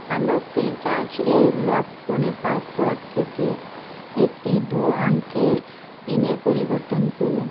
আমার ফ্রিচার্জ এর লক ফোনের পাসওয়ার্ড থেকে একটি দু অঙ্কের পিনের পরিবর্তন করুন